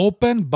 Open